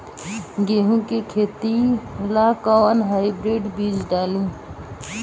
गेहूं के खेती ला कोवन हाइब्रिड बीज डाली?